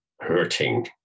hurting